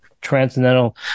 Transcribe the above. Transcendental